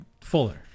fuller